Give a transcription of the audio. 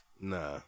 Nah